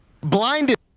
blinded